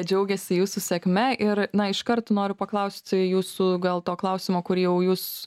džiaugiasi jūsų sėkme ir na iškart noriu paklaust jūsų gal to klausimo kurį jau jūs